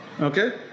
Okay